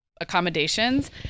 accommodations